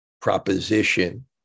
proposition